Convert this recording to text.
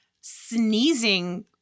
sneezing